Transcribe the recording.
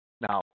Now